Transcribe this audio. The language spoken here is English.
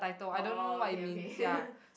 oh oh oh okay okay